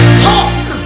Talk